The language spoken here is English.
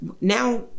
now